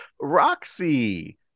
Roxy